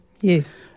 Yes